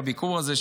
בביקור הזה,